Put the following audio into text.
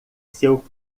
seu